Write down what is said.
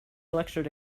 lectured